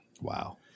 Wow